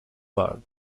bug